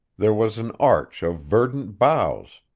there was an arch of verdant boughs,